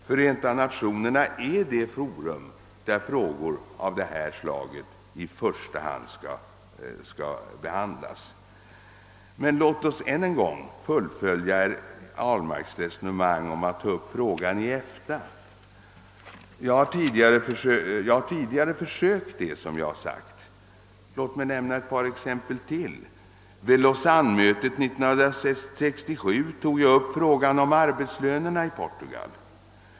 Förenta Nationerna är det forum där frågor av detta slag i första hand skall behandlas. Men låt oss än en gång fullfölja herr Ahlmarks resonemang om att ta upp frågan i EFTA. Jag har tidigare försökt göra detta såsom jag har sagt. Låt mig nämna ytterligare ett par exempel. Vid Lausannemötet 1967 tog jag upp frågan om arbetslönerna i Portugal.